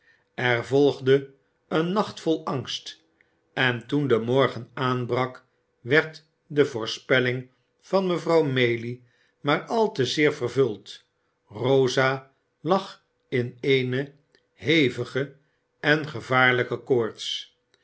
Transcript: er volgde een nacht vol angst en toen de morgen aanbrak werd de voorspelling van mevrouw maylie maar al te zeer vervuld rosa lag in eene hevige en gevaarlijke koorts